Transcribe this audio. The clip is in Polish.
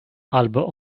albo